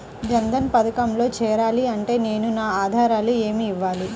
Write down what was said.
జన్ధన్ పథకంలో చేరాలి అంటే నేను నా ఆధారాలు ఏమి ఇవ్వాలి?